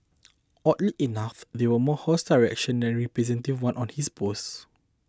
oddly enough there were more hostile reactions receptive ones on his post